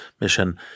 mission